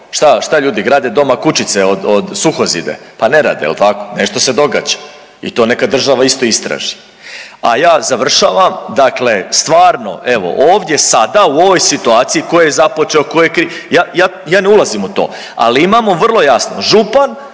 šta ljudi grade doma kućice od, suhozide, pa ne rade, jel tako, nešto se događa. I neka država isto istraži. A ja završavam, dakle stvarno evo ovdje sada u ovoj situaciju tko je započeo, tko je kriv, ja, ja ne ulazim u to, ali imamo vrlo jasno župan